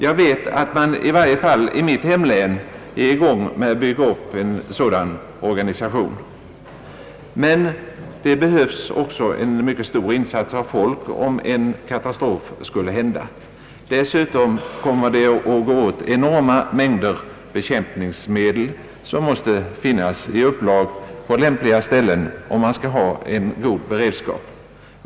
Jag vet att man i varje fall i mitt hemlän är i färd med att bygga upp en sådan organisation, men det behövs också en mycket stor insats av folk, om en katastrof skulle hända. Dessutom kommer det att gå åt enorma mängder bekämpningsmedel, som måste finnas i upplag på lämpliga ställen, om det skall vara en god beredskap.